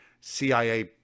cia